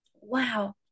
Wow